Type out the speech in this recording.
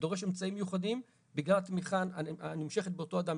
שדורש אמצעים מיוחדים בגלל התמיכה הנמשכת באותו אדם.